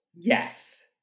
yes